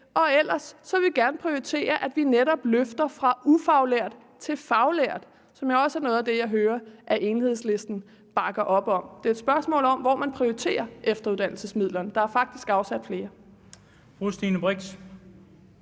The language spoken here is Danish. Ellers vil vi gerne prioritere, at vi netop løfter fra ufaglært til faglært, som jo også er noget af det, jeg hører at Enhedslisten bakker op om. Det er et spørgsmål om, hvor man prioriterer efteruddannelsesmidlerne. Der er faktisk afsat flere.